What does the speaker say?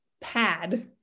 pad